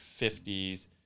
50s